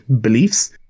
beliefs